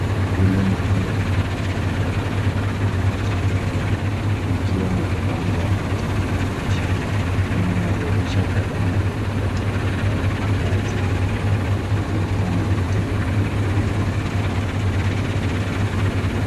Hili ni jumba lililojengwa kwa matofali na paa jekundu, likiwa na uwanja wa majani mabichi. Lina madirisha kadhaa na lipo katika mtaa wa makaazi, likizungukwa na miti na mimea mingine.